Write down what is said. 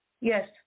Yes